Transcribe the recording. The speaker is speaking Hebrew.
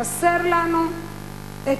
חסר לנו האומץ